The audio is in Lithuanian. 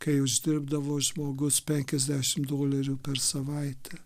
kai uždirbdavo žmogus penkiasdešim dolerių per savaitę